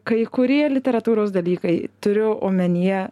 kai kurie literatūros dalykai turiu omenyje